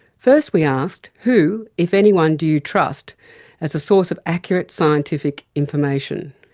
first we asked who, if anyone, do you trust as a source of accurate scientific information?